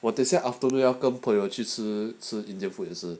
我等下 afternoon 要跟朋友去吃 indian food 也是